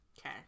Okay